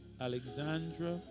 Alexandra